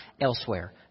elsewhere